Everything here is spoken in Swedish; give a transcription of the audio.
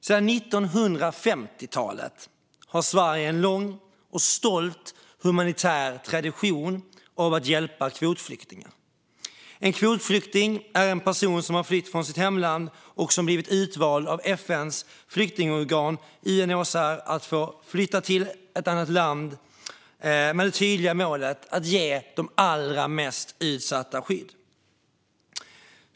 Sedan 1950-talet har Sverige en lång och stolt humanitär tradition av att hjälpa kvotflyktingar. En kvotflykting är en person som har flytt från sitt hemland och som har blivit utvald av FN:s flyktingorgan UNHCR för att få flytta till ett annat land, med det tydliga målet att ge de allra mest utsatta skydd.